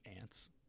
ants